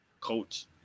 coach